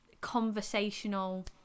conversational